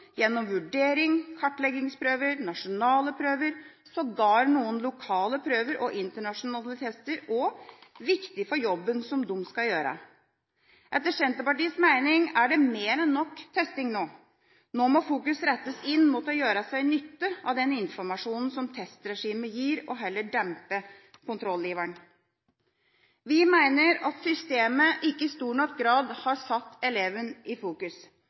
gjennom vurdering, kartleggingsprøver og nasjonale prøver – sågar noen lokale prøver og internasjonale tester – viktig for jobben de skal gjøre. Etter Senterpartiets mening er det mer enn nok testing nå. Nå må det fokuseres på å nyttiggjøre seg den informasjonen som testregimet gir, og heller dempe kontrolliveren. Vi mener at systemet ikke i stor nok grad har satt eleven i fokus.